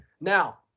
Now